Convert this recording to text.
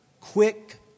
Quick